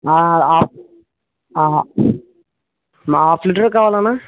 మా half litre కావాలన్నా